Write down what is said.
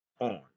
on